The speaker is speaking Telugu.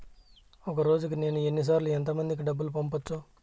ఒక రోజుకి నేను ఎన్ని సార్లు ఎంత మందికి డబ్బులు పంపొచ్చు?